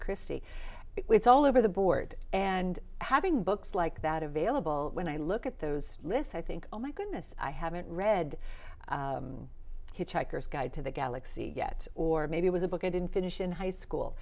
christie it's all over the board and having books like that available when i look at those lists i think oh my goodness i haven't read hitchhiker's guide to the galaxy yet or maybe it was a book i didn't finish in high school